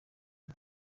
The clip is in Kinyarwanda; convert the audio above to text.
ine